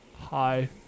hi